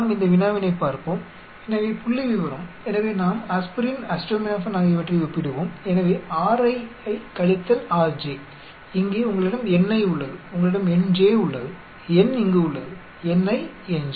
நாம் இந்த வினாவினைப் பார்ப்போம் எனவே புள்ளிவிவரம் எனவே நாம் ஆஸ்பிரின் அசிடமினோபன் ஆகியவற்றை ஒப்பிடுவோம் எனவே Ri கழித்தல் Rj இங்கே உங்களிடம் ni உள்ளது உங்களிடம் nj உள்ளது N இங்குள்ளது ni nj